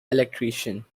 electrician